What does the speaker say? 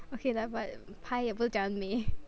okay lah but pie 也不是讲很美